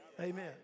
Amen